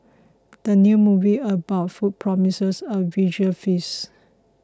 the new movie about food promises a visual feast